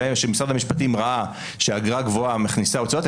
משרד המשפטים ראה שהאגרה גבוהה מכניסת הוצאות,